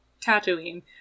Tatooine